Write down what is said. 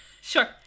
Sure